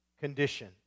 condition